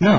know